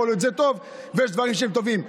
יכול להיות שזה טוב ויש דברים שהם טובים,